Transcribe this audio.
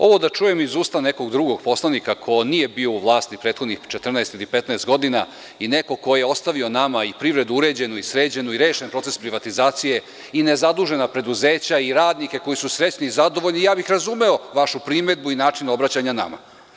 Ovo da čujem iz usta nekog drugog poslanika ko nije bio u vlasti prethodnih 14 ili 15 godina, i neko ko je ostavio nama i privredu uređenu i sređenu i rešen proces privatizacije, i nezadužena preduzeća i radnike koji su srećni i zadovoljni i ja bih razumeo vašu primedbu i način obraćanja nama.